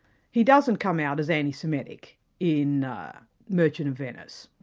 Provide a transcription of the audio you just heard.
he doesn't come out as anti-semitic in the merchant of venice,